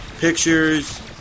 pictures